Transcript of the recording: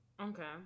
okay